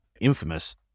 infamous